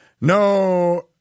No